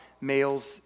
males